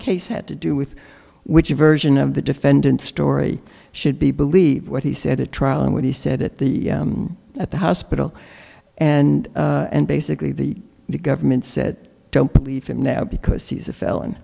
case had to do with which version of the defendant story should be believed what he said a trial and what he said at the at the hospital and basically the government said don't believe him now because he's a felon